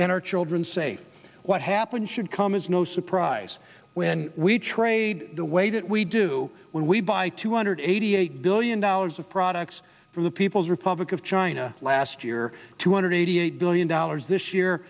and our children safe what happened should come as no surprise when we trade the way did we do when we buy two hundred eighty eight billion dollars of products from the people's republic of china last year two hundred eighty eight billion dollars this year